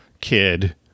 kid